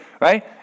right